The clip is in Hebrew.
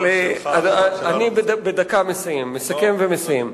אני מסכם ומסיים.